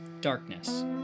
Darkness